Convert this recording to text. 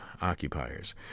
occupiers